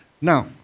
Now